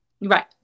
Right